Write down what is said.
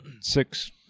six